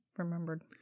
remembered